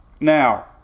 now